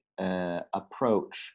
Approach